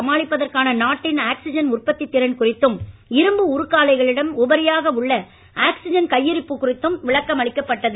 சமாளிப்பதற்கான நாட்டின் ஆக்சிஜன் உற்பத்தி திறன் குறித்தும் இரும்பு உருக்காலைகளிடம் உபரியாக உள்ள ஆக்சிஜன் கையிருப்பு குறித்தும் விளக்கம் அளிக்கப்பட்டது